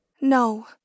No